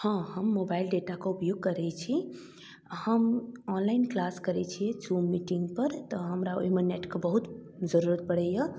हम मोबाइल डेटाके उपयोग करै छी हम ऑनलाइन किलास करै छी जूम मीटिङ्गपर तऽ हमरा ओहिमे नेटके बहुत जरूरत पड़ैए